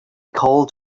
called